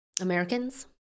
Americans